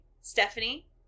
Stephanie